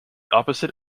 opposite